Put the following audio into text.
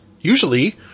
Usually